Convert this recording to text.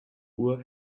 uhr